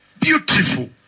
Beautiful